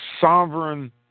sovereign